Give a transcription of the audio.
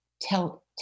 tell